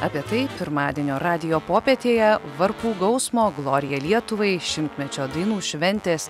apie tai pirmadienio radijo popietėje varpų gausmo glorija lietuvai šimtmečio dainų šventės